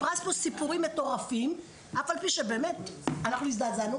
סיפרה פה סיפורים מטורפים אף על פי שבאמת אנחנו הזדעזענו.